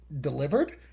delivered